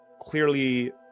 clearly